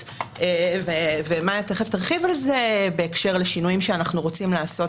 מאיה מיד תרחיב על זה בהקשר לשינויים שאנחנו רוצים לעשות.